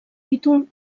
títol